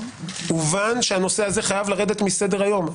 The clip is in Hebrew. הובן שהנושא הזה חייב לרדת מסדר היום.